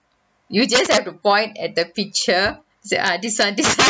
you just have to point at the picture say ah this one this one